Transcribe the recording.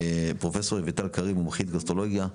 פרופ' רויטל קריב, מומחית גסטרולוגיה,